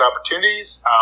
opportunities